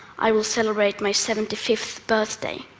i will celebrate my seventy fifth birthday.